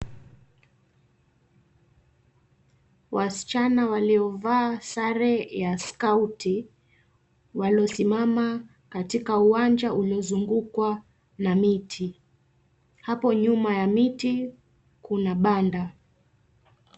Wasichana waliovaa sare ya skauti, waliosimama katika uwanja uliozungukwa na miti. Hapo nyuma ya miti Kuna banda.